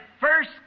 first